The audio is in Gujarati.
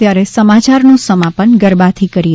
ત્યારે સમાચારનું સમાપન ગરબાથી કરીએ